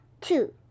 two